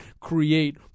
create